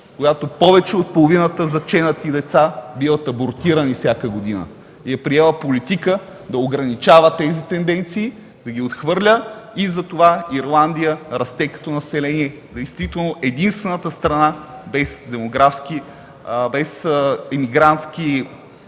когато повече от половината заченати деца биват абортирани всяка година, и е приела политика да ограничава тези тенденции, да ги отхвърля и затова Ирландия расте като население, действително единствената страна без имигрантски